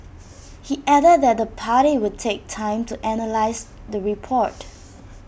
he added that the party would take time to analyse the report